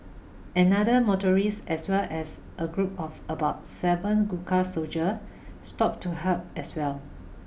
another motorist as well as a group of about seven Gurkha soldier stop to help as well